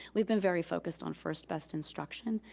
we been very focused on first best instruction,